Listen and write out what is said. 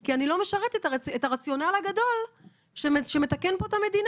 כי אני לא משרתת את הרציונל הגדול שמתקן פה את המדינה.